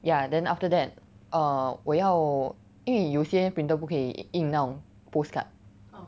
ya then after that err 我要因为有些 printer 不可以印那种 postcard